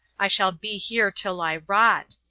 i shall be here till i rot.